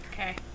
Okay